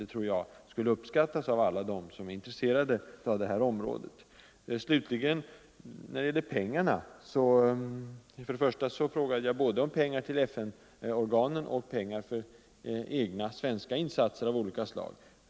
Det tror jag skulle uppskattas av alla som har intresse för detta område. När det gäller pengarna, slutligen, frågade jag för det första både om pengar till FN-organen och om pengar till egna svenska insatser av olika slag.